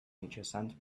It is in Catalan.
mitjançant